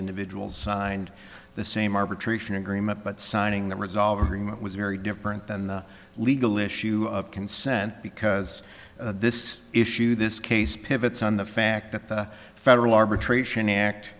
individuals signed the same arbitration agreement but signing the resolver agreement was very different than the legal issue of consent because this issue this case pivots on the fact that the federal arbitration act